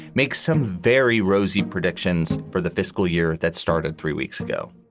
makes some very rosy predictions for the fiscal year that started three weeks ago.